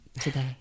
today